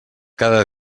cada